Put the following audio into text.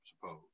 suppose